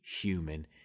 human